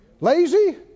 Lazy